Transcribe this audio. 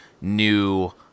new